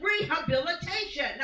rehabilitation